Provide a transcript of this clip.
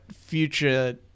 future